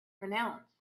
pronounce